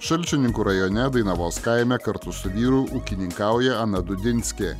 šalčininkų rajone dainavos kaime kartu su vyru ūkininkauja ana dudinskė